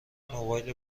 موبایل